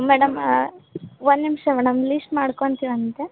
ಮೇಡಮ್ಮಾ ಒಂದು ನಿಮಿಷ madam list ಮಾಡ್ಕೊಂತೀವಂತೆ